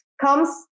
comes